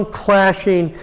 clashing